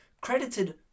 credited